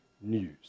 news